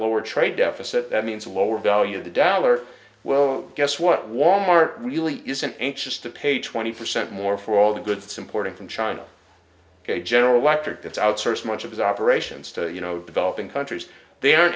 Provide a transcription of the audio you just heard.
lower trade deficit that means a lower value of the dollar well guess what wal mart really isn't anxious to pay twenty percent more for all the goods imported from china ok general electric that's outsourced much of his operations to you know developing countries they are